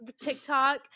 tiktok